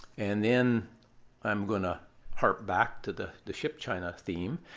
and then i'm going to harp back to the the ship china theme.